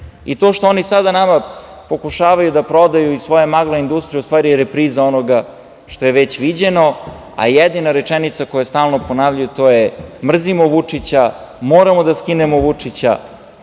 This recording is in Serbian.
I to što oni sada nama pokušavaju da prodaju iz svoje magla industrije je u stvari repriza onoga što je već viđeno, a jedina rečenica koju stalno ponavljaju to je – mrzimo Vučića, moramo da skinemo Vučića.